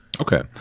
Okay